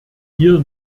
hier